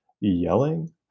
yelling